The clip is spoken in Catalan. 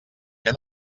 que